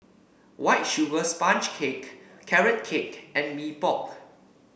White Sugar Sponge Cake Carrot Cake and Mee Pok